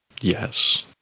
yes